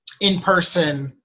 in-person